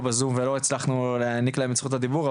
בזום ולא הצלחנו להעניק להם את זכות הדיבור,